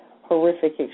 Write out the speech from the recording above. horrific